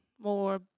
more